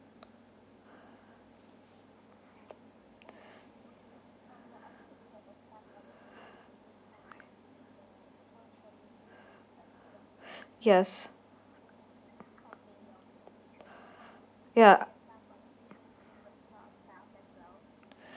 yes ya